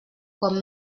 com